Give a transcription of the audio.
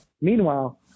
Meanwhile